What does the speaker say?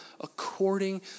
according